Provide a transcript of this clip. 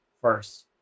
first